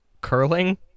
curling